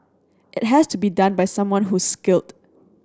it has to be done by someone who's skilled